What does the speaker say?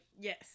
yes